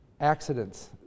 accidents